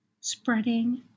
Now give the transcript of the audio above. spreading